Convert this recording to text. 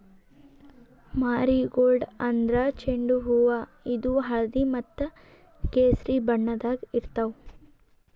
marigold ಅಂದ್ರ ಚೆಂಡು ಹೂವಾ ಇದು ಹಳ್ದಿ ಮತ್ತ್ ಕೆಸರಿ ಬಣ್ಣದಾಗ್ ಇರ್ತವ್